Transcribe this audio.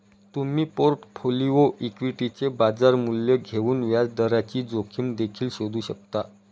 तुम्ही पोर्टफोलिओ इक्विटीचे बाजार मूल्य घेऊन व्याजदराची जोखीम देखील शोधू शकता